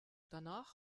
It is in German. danach